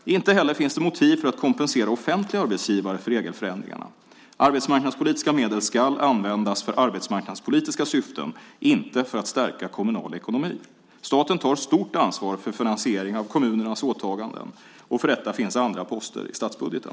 Inte heller finns det motiv för att kompensera offentliga arbetsgivare för regelförändringarna. Arbetsmarknadspolitiska medel ska användas för arbetsmarknadspolitiska syften, inte för att stärka kommunal ekonomi. Staten tar stort ansvar för finansiering av kommunernas åtaganden och för detta finns andra poster i statsbudgeten.